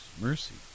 Mercy